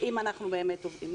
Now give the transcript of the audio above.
אם אנחנו באמת עובדים.